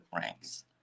ranks